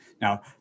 Now